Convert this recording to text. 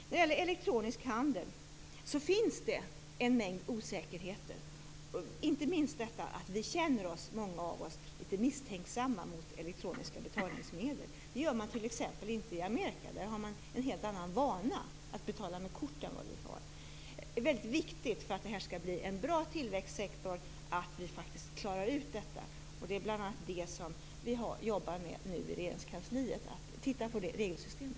När det gäller elektronisk handel finns det en mängd osäkerheter, inte minst detta att många av oss känner oss litet misstänksamma mot elektroniska betalningsmedel. Det gör man inte i t.ex. Amerika. Där har man en helt annan vana att betala med kort än vad vi har. För att detta skall bli en bra tillväxtsektor är det viktigt att vi klarar ut problemen. Vi jobbar nu i Regeringskansliet med att se över regelsystemet.